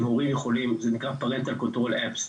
זה נקרא parental control apps,